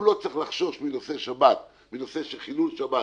הוא לא צריך לחשוש מנושא שבת ומנושא של חילול שבת,